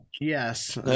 Yes